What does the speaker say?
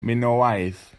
minoaidd